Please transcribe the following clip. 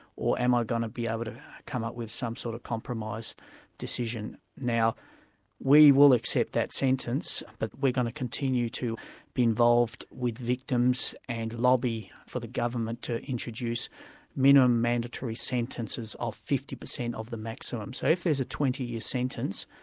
or am i going to be able to come up with some sort of compromise decision? now we will accept that sentence but we're going to continue to be involved with victims and lobby for the government to introduce minimum mandatory sentences of fifty percent of the maximum. so if there's a twenty year sentence,